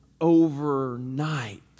overnight